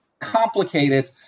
complicated